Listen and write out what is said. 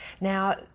now